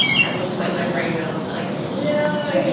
at which point my brain melts and i go, no!